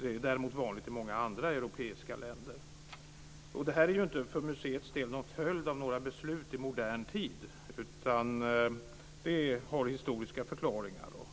Det är däremot vanligt i många andra europeiska länder. För museets del är detta inte en följd av några beslut i modern tid, utan det har historiska förklaringar.